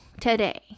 today